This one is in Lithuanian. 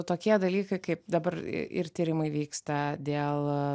tokie dalykai kaip dabar ir tyrimai vyksta dėl